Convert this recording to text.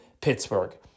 Pittsburgh